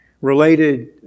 related